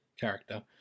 character